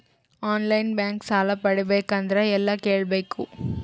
On line bank ಸಾಲ ಪಡಿಬೇಕಂದರ ಎಲ್ಲ ಕೇಳಬೇಕು?